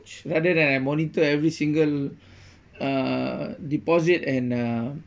rather than I monitor every single uh deposit and uh